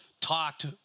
talked